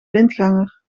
blindganger